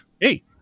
hey